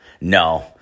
no